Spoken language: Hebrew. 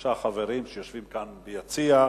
שלושה חברים שיושבים כאן ביציע: